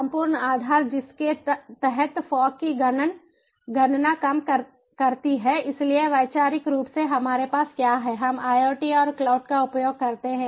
संपूर्ण आधार जिसके तहत फॉग की गणना काम करती है इसलिए वैचारिक रूप से हमारे पास क्या है हम IoT और क्लाउड का उपयोग करते हैं